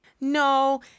No